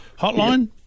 hotline